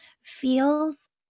feels